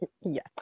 Yes